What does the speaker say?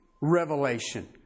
revelation